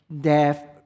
death